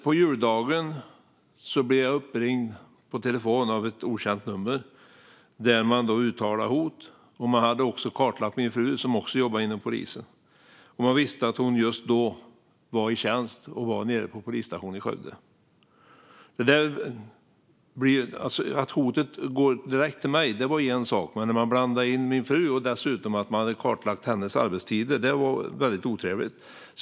På juldagen blev jag uppringd på telefonen av ett okänt nummer. Man uttalade hot, och man hade även kartlagt min fru, som också jobbade inom polisen. Man visste att hon just då var i tjänst på polisstationen i Skövde. Att hotet gick direkt till mig var en sak, men att man blandade in min fru och hade kartlagt hennes arbetstider var mycket otrevligt.